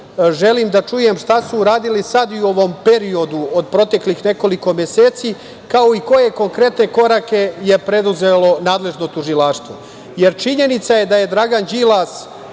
želim da čujem šta su uradili sada u ovom periodu od proteklih nekoliko meseci, kao i koje konkretne korake je preduzelo nadležno tužilaštvo? Činjenica je da je Dragan Đilas